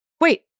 Wait